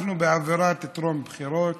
אנחנו באווירת טרום-בחירות,